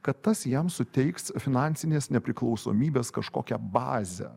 kad tas jam suteiks finansinės nepriklausomybės kažkokią bazę